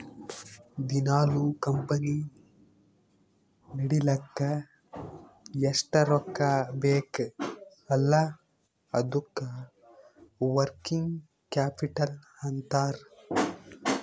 ದಿನಾಲೂ ಕಂಪನಿ ನಡಿಲ್ಲಕ್ ಎಷ್ಟ ರೊಕ್ಕಾ ಬೇಕ್ ಅಲ್ಲಾ ಅದ್ದುಕ ವರ್ಕಿಂಗ್ ಕ್ಯಾಪಿಟಲ್ ಅಂತಾರ್